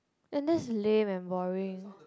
and that's lame and boring